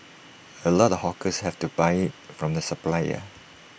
A lot of hawkers have to buy IT from the supplier